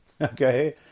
okay